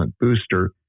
booster